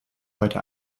weiter